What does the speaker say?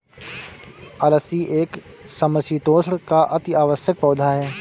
अलसी एक समशीतोष्ण का अति आवश्यक पौधा है